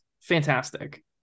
fantastic